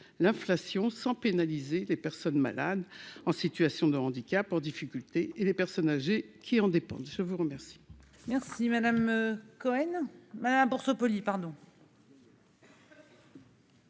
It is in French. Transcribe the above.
l'inflation, sans pénaliser les personnes malades, en situation de handicap, en difficulté et les personnes âgées qui en dépendent. L'amendement